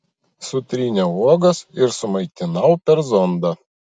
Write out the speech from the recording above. sutryniau uogas ir sumaitinau per zondą